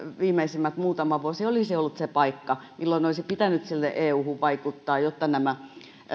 viimeisimmät muutama vuosi olisivat olleet se paikka milloin olisi pitänyt euhun vaikuttaa jotta nämä